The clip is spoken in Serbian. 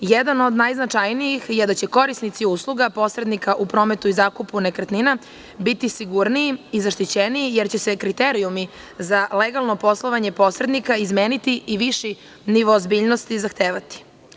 Jedan od najznačajnijih je da će korisnici usluga posrednika u prometu i zakupu nekretnina biti sigurniji i zaštićeniji, jer će se kriterijumi za legalno poslovanje posrednika izmeniti i viši nivo ozbiljnosti zahtevati.